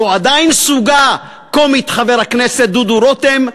זו עדיין סוגה קומית, חבר הכנסת דודו רותם,